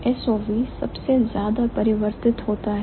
SOV सबसे ज्यादा परिवर्तित होता है